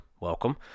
Welcome